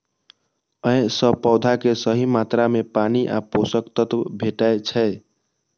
अय सं पौधा कें सही मात्रा मे पानि आ पोषक तत्व भेटै छै